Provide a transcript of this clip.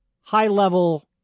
high-level